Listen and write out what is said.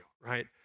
right